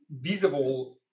visible